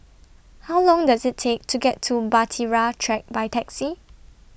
How Long Does IT Take to get to Bahtera Track By Taxi